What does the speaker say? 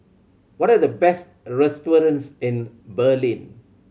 what are the best restaurants in Berlin